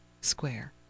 square